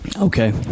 Okay